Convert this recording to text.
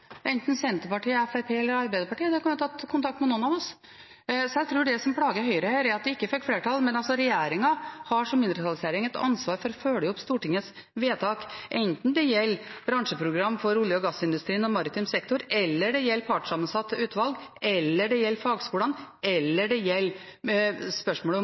enten Senterpartiet, Fremskrittspartiet eller Arbeiderpartiet. De har ikke tatt kontakt med noen av oss. Så jeg tror at det som plager Høyre her, er at de ikke fikk flertall. Men regjeringen har som mindretallsregjering et ansvar for følge opp Stortingets vedtak, enten det gjelder bransjeprogram for olje- og gassindustrien og maritim sektor, partssammensatte utvalg, fagskolene eller